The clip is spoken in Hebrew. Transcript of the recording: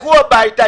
לכו הביתה.